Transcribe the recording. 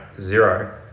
zero